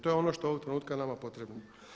To je ono što je ovog trenutka nama potrebno.